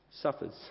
suffers